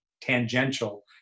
tangential